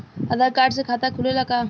आधार card से खाता खुले ला का?